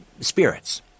spirits